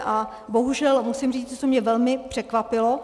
A bohužel musím říct, že co mě velmi překvapilo.